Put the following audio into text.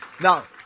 Now